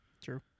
true